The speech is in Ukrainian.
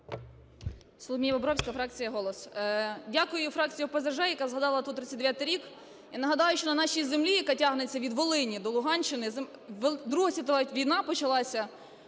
Соломія Бобровська, фракція "Голос". Дякую фракції ОПЗЖ, яка згадала тут 39-й рік. Я нагадаю, що на нашій землі, яка тягнеться від Волині до Луганщини, Друга світова війна почалася